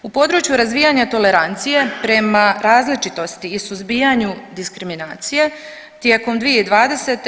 U području razvijanja tolerancije prema različitosti i suzbijanju diskriminacije tijekom 2020.